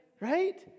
right